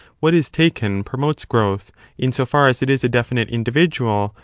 what is taken promotes growth in so far as it is a definite individual,